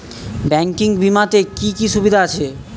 Banking বিমাতে কি কি সুবিধা আছে?